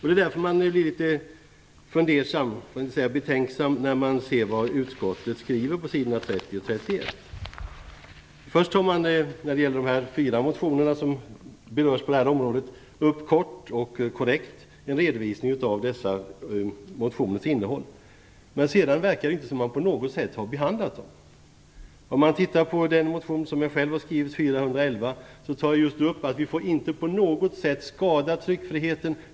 Det är därför man blir litet fundersam, för att inte säga betänksam, när man ser vad utskottet skriver på s. 30 och 31. När det gäller de fyra motioner som berör det här området tar man kort och korrekt upp en redovisning av innehållet i motionerna. Men sedan verkar det inte som om man på något sätt har behandlat dem. I den motion som jag själv har skrivit, K411, tar jag just upp att vi inte på något sätt får skada tryckfriheten.